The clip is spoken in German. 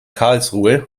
karlsruhe